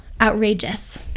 outrageous